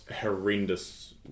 horrendous